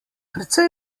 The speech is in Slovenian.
precej